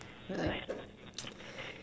like